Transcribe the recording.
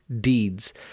deeds